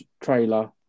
trailer